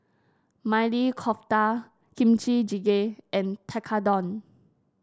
Maili Kofta Kimchi Jjigae and Tekkadon